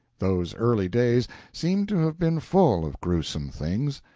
those early days seem to have been full of gruesome things.